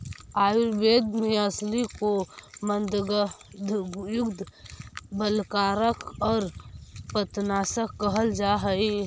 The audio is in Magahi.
आयुर्वेद में अलसी को मन्दगंधयुक्त, बलकारक और पित्तनाशक कहल जा हई